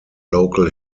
local